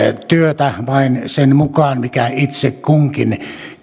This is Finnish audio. työtä vain sen mukaan mikä itse kunkin